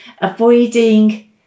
Avoiding